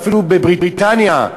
ואפילו בבריטניה,